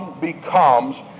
becomes